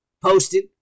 posted